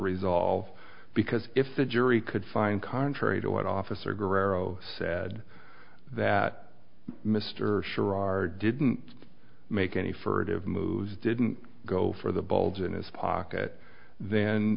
resolve because if the jury could find contrary to what officer guerrero said that mr schorr our didn't make any furtive moves didn't go for the bulge in his pocket then